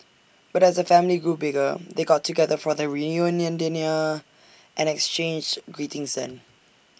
but as the family grew bigger they got together for the reunion dinner and exchanged greetings then